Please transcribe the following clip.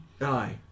Aye